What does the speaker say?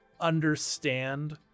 understand